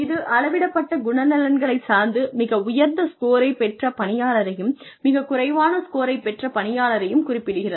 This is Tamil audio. இது அளவிடப்பட்ட குணநலன்களைச் சார்ந்து மிக உயர்ந்த ஸ்கோரை பெற்ற பணியாளரையும் மிகக் குறைவான ஸ்கோரை பெற்ற பணியாளரையும் குறிப்பிடுகிறது